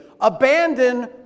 abandon